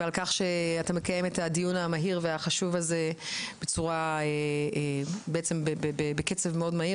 ועל כך שאתה מקיים את הדיון המהיר והחשוב הזה בקצב מאוד מהיר.